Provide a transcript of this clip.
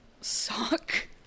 suck